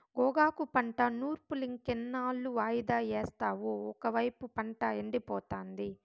గోగాకు పంట నూర్పులింకెన్నాళ్ళు వాయిదా యేస్తావు ఒకైపు పంట ఎండిపోతాంది